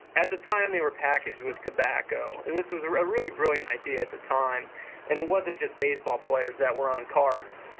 at the time they were packaged with tobacco, and this was a ah really brilliant idea at the time and it wasn't just baseball players that were on cards.